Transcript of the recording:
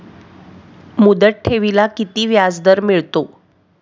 मुदत ठेवीला किती व्याजदर मिळतो?